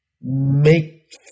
make